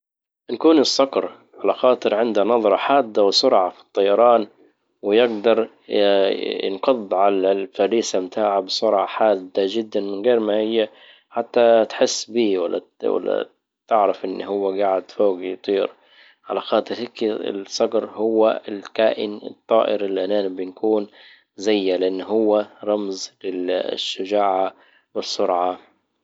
نكون الصقر على خاطر عنده نظرة حادة وسرعة في الطيران ويجدر ينقض على الفريسة متاعها بسرعة حادة جدا من غير ما هي حتى تحس بيه ولا- ولا- تعرف ان هو قعد فوق يطير. على خاطر هيك الصقر الكائن الطائر اللى انا نبى بنكون زيه لان هو رمز الشجاعة والسرعة.